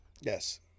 Yes